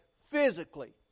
physically